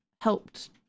helped